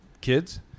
kids